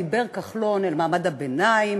כחלון דיבר אל מעמד הביניים,